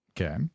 Okay